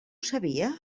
sabia